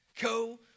Go